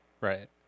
Right